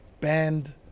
banned